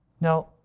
Now